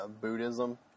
Buddhism